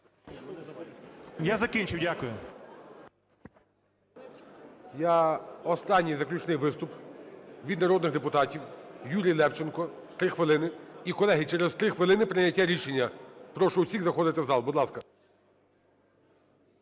Я закінчив. Дякую.